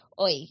Oi